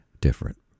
different